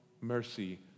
mercy